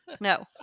no